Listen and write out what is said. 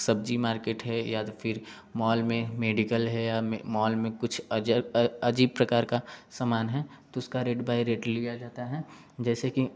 सब्जी मार्केट है या फिर मॉल में मेडिकल है या मॉल में कुछ अजीब प्रकार का सामान है तो उसका रेट बाइ रेट लिया जाता है जैसे कि